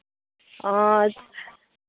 ᱚᱸᱻ